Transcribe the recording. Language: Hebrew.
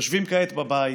יושבים כעת בבית